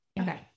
Okay